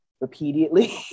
repeatedly